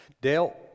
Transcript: Dale